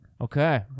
Okay